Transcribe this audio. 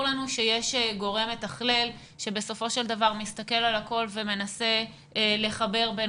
לנו שיש גורם מתכלל שבסופו של דבר מסתכל על הכול ומנסה לחבר בין